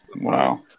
Wow